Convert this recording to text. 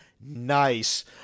nice